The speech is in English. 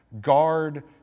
guard